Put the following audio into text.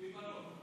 כבוד היושב-ראש,